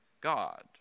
God